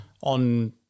on